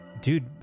Dude